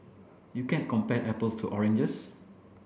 you can't compare apples to oranges